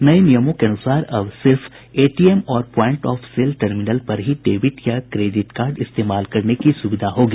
नये नियमों के अनुसार अब सिर्फ एटीएम और प्वाइंट ऑफ सेल टर्मिनल पर ही डेबिट या क्रेडिट कार्ड इस्तेमाल करने की सुविधा होगी